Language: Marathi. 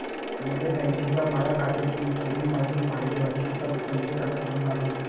मले बँकेच्या माया खात्याची पुरी मायती पायजे अशील तर कुंते कागद अन लागन?